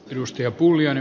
arvoisa puhemies